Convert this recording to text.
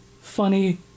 funny